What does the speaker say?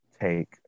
take